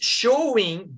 showing